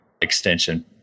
extension